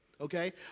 okay